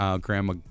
Grandma